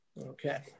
Okay